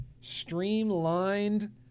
Streamlined